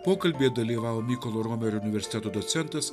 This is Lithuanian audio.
pokalbyje dalyvavo mykolo romerio universiteto docentas